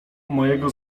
mojego